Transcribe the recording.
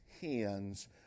hands